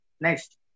next